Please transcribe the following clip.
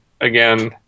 again